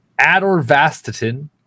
Adorvastatin